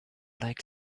like